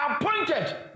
appointed